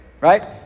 Right